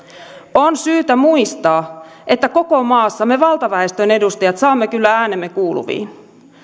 on syytä muistaa että koko maassa me valtaväestön edustajat saamme kyllä äänemme kuuluviin